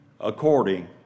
according